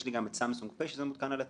יש לי גם את סמסונג --- שזה מותקן על הפלאפון.